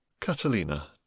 Catalina